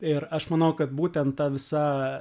ir aš manau kad būtent ta visa